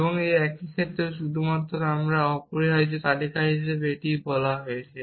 একই একটি ক্ষেত্রে আমরা শুধু এখানে অপরিহার্যভাবে তালিকা হিসাবে এটি বলা হয়েছে